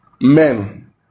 men